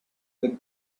the